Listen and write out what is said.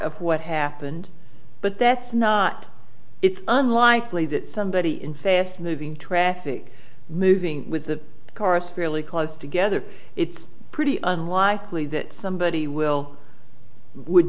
of what happened but that's not it's unlikely that somebody in say estimating traffic moving with the chorus fairly close together it's pretty unlikely that somebody will would